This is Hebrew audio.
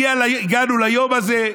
שהגענו ליום הזה,